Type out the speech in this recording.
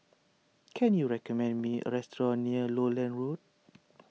can you recommend me a restaurant near Lowland Road